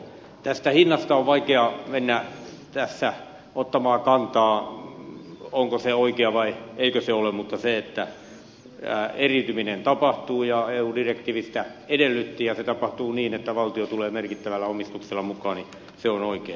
tähän hintaan on vaikea mennä tässä ottamaan kantaa onko se oikea vai eikö se ole mutta se että eriytyminen tapahtuu ja eu direktiivi sitä edellytti ja se tapahtuu niin että valtio tulee merkittävällä omistuksella mukaan on oikein